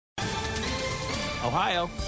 Ohio